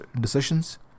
decisions